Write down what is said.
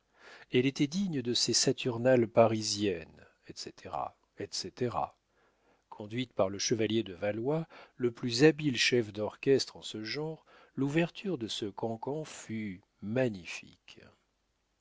elle était digne de ses saturnales parisiennes etc etc conduite par le chevalier de valois le plus habile chef d'orchestre en ce genre l'ouverture de ce cancan fut magnifique